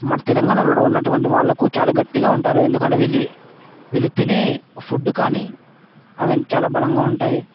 మన తెలంగాణలోని ఉన్నటువంటి వాళ్లకు చాలా గట్టిగా ఉంటారు ఎందుకంటే వీళ్ళీ వీళ్ళు తినీ ఫుడ్డు కాని అవన్ని చాలా బలంగా ఉంటాయి